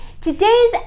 today's